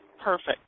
Perfect